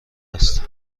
است